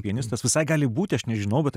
pianistas visai gali būti aš nežinau bet